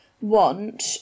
want